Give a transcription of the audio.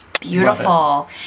beautiful